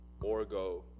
Orgo